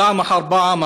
פעם אחר פעם,